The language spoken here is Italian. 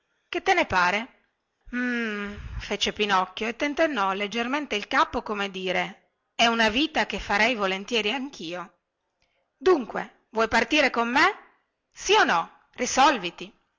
che te ne pare uhm fece pinocchio e tentennò leggermente il capo come dire è una vita che farei volentieri anchio dunque vuoi partire con me sì o no risolviti